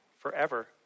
forever